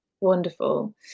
wonderful